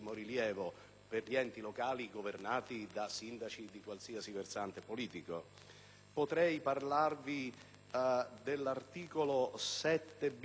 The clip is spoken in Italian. per gli enti locali governati da sindaci di qualsiasi versante politico. Potrei anche parlarvi dell'articolo 7-*bis*,